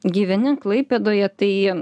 gyveni klaipėdoje tai